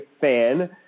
fan